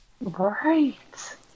Right